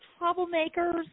troublemakers